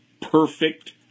perfect